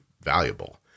valuable